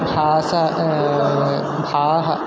भाषा भाः